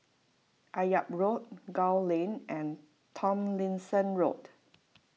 Akyab Road Gul Lane and Tomlinson Road